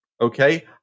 okay